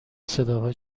صداها